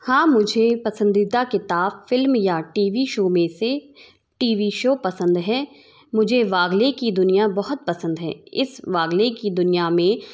हाँ मुझे पसंदीदा किताब फ़िल्म या टी वी शो में से टी वी शो पसंद हैं मुझे वागले की दुनिया बहुत पसंद हैं इस वागले की दुनिया में